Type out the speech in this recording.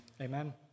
amen